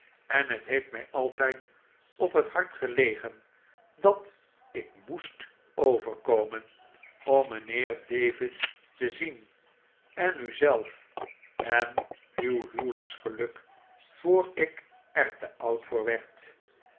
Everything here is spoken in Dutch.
en het heeft mij altijd op het hart gelegen dat ik m o e s t overkomen om mijnheer david te zien en ir zelf en uw huwelijksgeluk voor ik er te oud voor werd